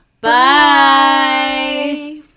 Bye